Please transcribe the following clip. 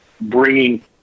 bringing